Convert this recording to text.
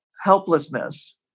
helplessness